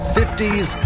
50s